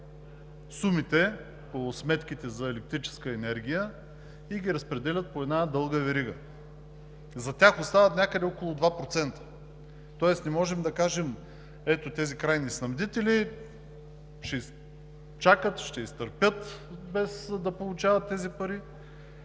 сумите по сметките за електрическа енергия и ги разпределят по една дълга верига. За тях остават някъде около 2%, тоест не можем да кажем: ето тези крайни снабдители ще чакат, ще изтърпят, без да получават тези пари.